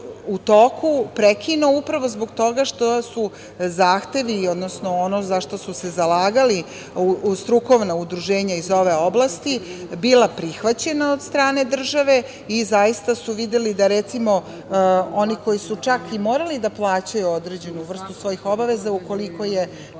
u toku prekinuo upravo zbog toga što su zahtevi, odnosno ono za šta su se zalagala strukovna udruženja iz ove oblasti bila prihvaćena od strane države i zaista su videli da, recimo, oni koji su čak i morali da plaćaju određenu vrstu svojih obaveza, ukoliko je,